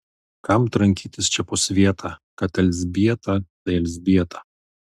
kam trankytis čia po svietą kad elzbieta tai elzbieta